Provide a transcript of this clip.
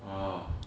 orh